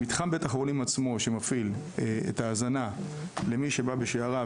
ומתחם בית החולים עצמו שמפעיל את ההזנה למי שבא בשעריו,